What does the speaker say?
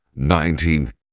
Nineteen